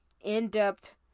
in-depth